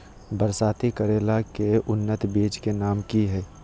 बरसाती करेला के उन्नत बिज के नाम की हैय?